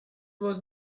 was